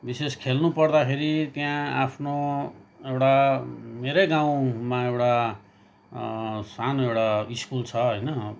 विशेष खेल्नु पर्दाखेरि त्यहाँ आफ्नो एउटा मेरै गाउँमा एउटा सानो एउटा स्कुल छ होइन